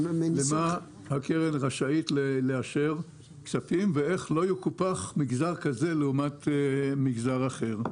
למה הקרן רשאית לאשר כספים ואיך לא יקופח מגזר כזה לעומת מגזר אחר.